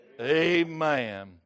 Amen